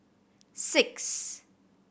six